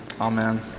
Amen